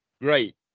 Great